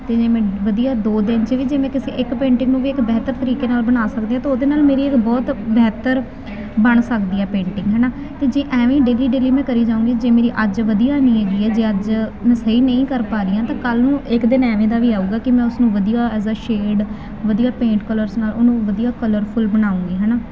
ਅਤੇ ਜੇ ਮੈਂ ਵਧੀਆ ਦੋ ਦਿਨ 'ਚ ਵੀ ਜੇ ਮੈਂ ਕਿਸੇ ਇੱਕ ਪੇਂਟਿੰਗ ਨੂੰ ਵੀ ਇੱਕ ਬਿਹਤਰ ਤਰੀਕੇ ਨਾਲ ਬਣਾ ਸਕਦੀ ਹਾਂ ਤਾਂ ਉਹਦੇ ਨਾਲ ਮੇਰੀ ਬਹੁਤ ਬਿਹਤਰ ਬਣ ਸਕਦੀ ਹੈ ਪੇਂਟਿੰਗ ਹੈ ਨਾ ਅਤੇ ਜੇ ਐਵੇਂ ਡੇਲੀ ਡੇਲੀ ਮੈਂ ਕਰੀ ਜਾਊਂਗੀ ਜੇ ਮੇਰੀ ਅੱਜ ਵਧੀਆ ਨਹੀਂ ਹੈਗੀ ਆ ਜੇ ਅੱਜ ਮੈਂ ਸਹੀ ਨਹੀਂ ਕਰ ਪਾ ਰਹੀ ਹਾਂ ਤਾਂ ਕੱਲ੍ਹ ਨੂੰ ਇੱਕ ਦਿਨ ਐਵੇਂ ਦਾ ਵੀ ਆਊਗਾ ਕਿ ਮੈਂ ਉਸਨੂੰ ਵਧੀਆ ਐਜ਼ ਅ ਸ਼ੇਡ ਵਧੀਆ ਪੇਂਟ ਕਲਰਸ ਨਾਲ ਉਹਨੂੰ ਵਧੀਆ ਕਲਰਫੁਲ ਬਣਾਊਂਗੀ ਹੈ ਨਾ